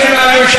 אל תנהלו את,